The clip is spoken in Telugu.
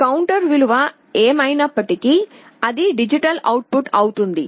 కౌంటర్ విలువ ఏమైనప్పటికీ డిజిటల్ అవుట్పుట్ అవుతుంది